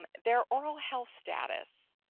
um their oral health status,